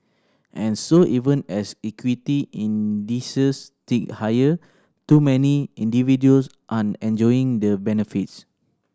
and so even as equity indices tick higher too many individuals aren't enjoying the benefits